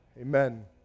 Amen